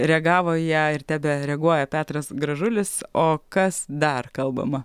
reagavo į ją ir tebe reaguoja petras gražulis o kas dar kalbama